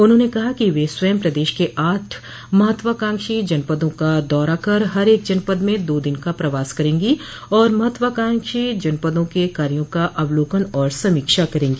उन्होंने कहा कि वे स्वयं प्रदेश के आठ महत्वाकांक्षी जनपदों का दौरा कर हर एक जनपद में दो दिन का प्रवास करेंगी और महत्वाकांक्षी जनपदों के कार्यो का अवलोकन और समीक्षा करेंगी